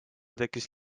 tekkis